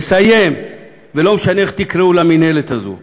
לסיים, ולא משנה איך תקראו למינהלת הזאת,